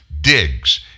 digs